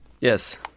Yes